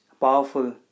powerful